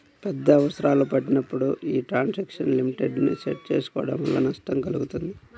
పెద్ద అవసరాలు పడినప్పుడు యీ ట్రాన్సాక్షన్ లిమిట్ ని సెట్ చేసుకోడం వల్ల నష్టం కల్గుతుంది